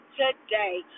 today